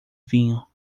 vinho